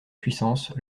puissance